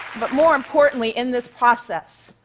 but more importantly, in this process,